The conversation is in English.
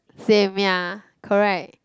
same ya correct